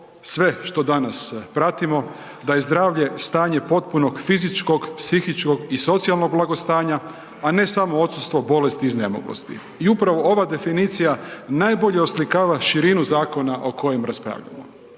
sve što danas pratimo, da je zdravlje stanje potpunog fizičkog, psihičkog i socijalnog blagostanja, a ne samo odsustvo bolesti i iznemoglosti. I upravo ova definicija najbolje oslikava širinu zakona o kojem raspravljamo.